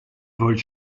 vols